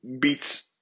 beats